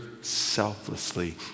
selflessly